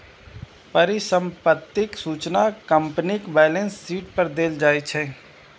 परिसंपत्तिक सूचना कंपनीक बैलेंस शीट पर देल जाइ छै